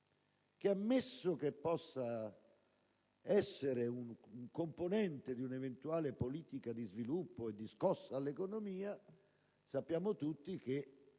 che, ammesso che possa essere una componente di un'eventuale politica di sviluppo e di scossa all'economia, ha un